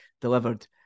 delivered